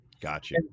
Gotcha